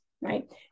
Right